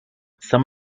some